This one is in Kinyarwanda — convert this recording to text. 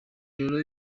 rero